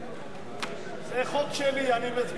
את הצעת חוק עסקאות גופים ציבוריים (תיקון,